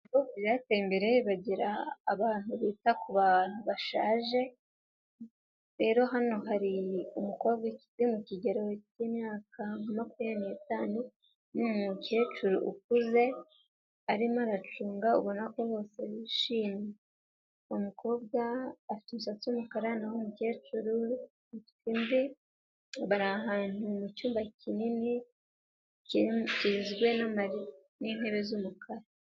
Ibihugu byateye imbere bagira abantu bita ku bantu bashaje, rero hano hari umukobwa uri mu kigero cy'imyaka nka makumya n'itanu, n'umukecuru ukuze, arimo aracunga ubona ko bose bishimiye. Umukobwa afite umusatsi w'umukara, naho umukecuru afite imvi, bari ahantu mucyumba kinini, kigijwe nintebe z'umukara.